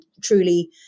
truly